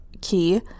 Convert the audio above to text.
key